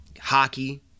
hockey